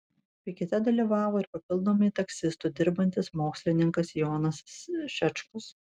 pikete dalyvavo ir papildomai taksistu dirbantis mokslininkas jonas šečkus